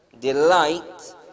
delight